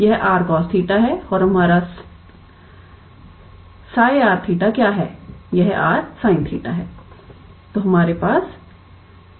यह 𝑟 cos 𝜃 है और हमारा 𝜓𝑟 𝜃 क्या है